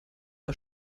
war